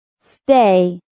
Stay